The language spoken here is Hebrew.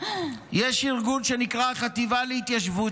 יש ארגון שנקרא החטיבה להתיישבות,